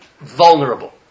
vulnerable